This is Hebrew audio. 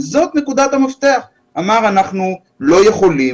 וזו נקודת המפתח: אנחנו לא יכולים.